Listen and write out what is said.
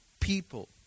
people